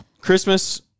Christmas